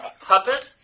Puppet